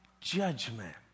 judgment